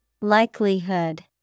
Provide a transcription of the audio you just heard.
Likelihood